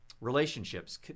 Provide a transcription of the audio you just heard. Relationships